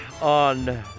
on